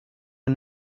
der